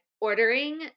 ordering